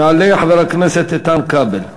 יעלה חבר הכנסת איתן כבל,